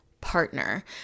partner